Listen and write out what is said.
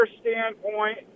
standpoint